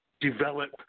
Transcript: develop